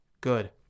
good